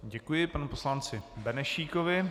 Děkuji panu poslanci Benešíkovi.